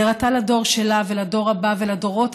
היא הראתה לדור שלה ולדור הבא ולדורות